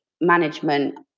management